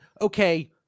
okay